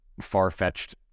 far-fetched